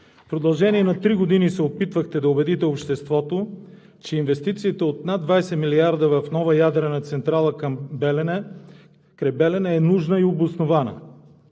в продължение на три години се опитвахте да убедите обществото, че инвестицията от над 20 милиарда в новата ядрена централа край Белене е нужна и обоснована.